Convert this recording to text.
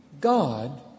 God